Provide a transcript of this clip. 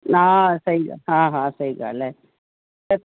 हा सही ॻा हा हा सही ॻाल्हि आहे त